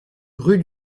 rue